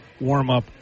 warm-up